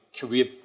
career